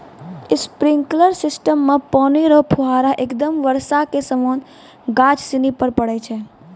sprinkler system मे पानी रो फुहारा एकदम बर्षा के समान गाछ सनि पर पड़ै छै